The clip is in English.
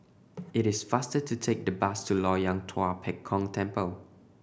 it is faster to take the bus to Loyang Tua Pek Kong Temple